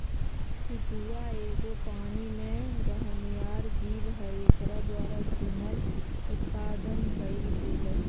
सितुआ एगो पानी में रहनिहार जीव हइ एकरा द्वारा चुन्ना उत्पादन कएल गेल